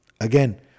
again